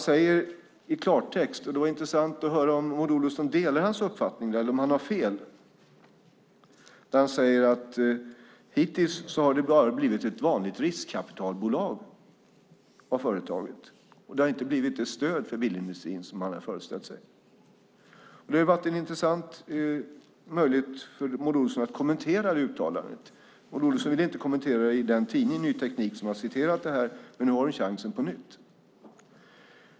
Det vore intressant att höra om Maud Olofsson delar hans uppfattning eller om han har fel när han i klartext säger att det hittills bara har blivit ett vanligt riskkapitalbolag av företaget. Det har inte blivit det stöd för bilindustrin som han hade föreställt sig. Det skulle vara intressant att höra Maud Olofsson kommentera det uttalandet. Hon ville inte kommentera det i tidningen Ny Teknik som publicerade det, men nu har hon chansen på nytt.